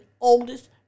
oldest